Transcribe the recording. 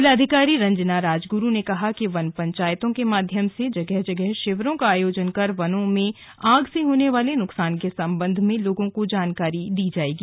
जिलाधिकारी रंजना राजगुरू ने कहा कि वन पंचायतों के माध्यम से जगह जगह शिविरों का आयोजन कर वनों में आग से होने वाले नुकसान के संबंध में लोगों को जानकारी दी जाएगी